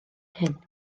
hyn